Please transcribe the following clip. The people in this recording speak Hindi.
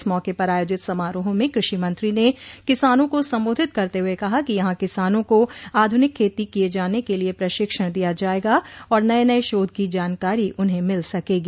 इस मौके पर आयोजित समारोह में कृषि मंत्री ने किसानों को सम्बोधित करते हुए कहा कि यहां किसानों को आधुनिक खेती किये जाने के लिए प्रशिक्षण दिया जायेगा और नये नये शोध की जानकारी उन्हें मिल सकेगी